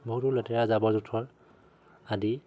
বহুতো লেতেৰা জাবৰ জোথৰ আদি